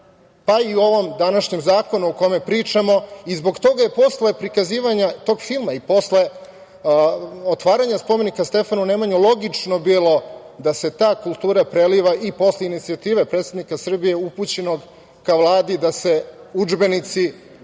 pa i u ovom današnjem zakonu o kome pričamo i zbog toga je posle prikazivanja tog filma i posle otvaranja spomenika Stefanu Nemanji logično bilo da se ta kultura preliva i posle inicijative predsednika Srbije upućenog ka Vladi, da se udžbenici